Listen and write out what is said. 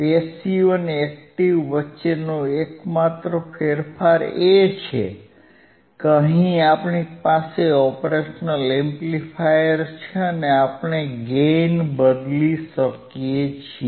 passive અને active વચ્ચેનો એકમાત્ર ફેરફાર એ છે કે અહીં આપણી પાસે ઓપરેશનલ એમ્પલિફાયર છે અને આપણે ગેઇન બદલી શકીએ છીએ